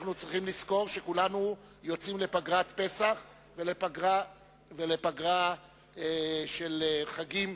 אנחנו צריכים לזכור שכולנו יוצאים לפגרת פסח ולפגרה של חגים,